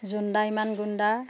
জোনদা ইমান গুণ্ডা